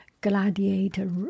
gladiator